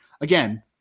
again –